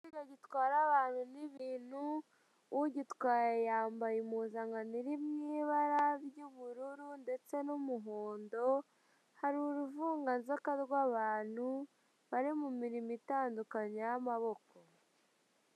Ikinyabiziga gitwara abantu n'ibintu ugitwaye yambaye impuzankano irimw'ibara ry'ubururu ndetse n'umuhondo, hari uruvunganzoka rw'abantu bari mu mirimo itandukanye y'amaboko.